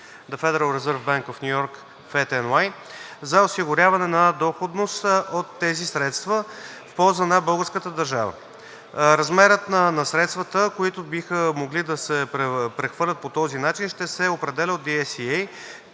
за осигуряване на доходност от тези средства в полза на българската държава. Размерът на средствата, които биха могли да се прехвърлят по този начин, ще се определя от DSCA,